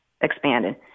expanded